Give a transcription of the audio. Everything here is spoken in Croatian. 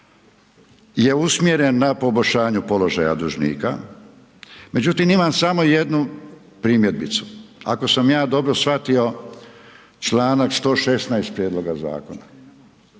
je usmjeren na poboljšanju položaja dužnika međutim imam samo jednu primjedbicu. Ako sam ja dobro shvatio članak 116. prijedlog zakona,